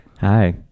Hi